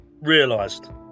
realised